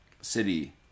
City